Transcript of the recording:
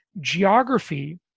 Geography